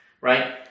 right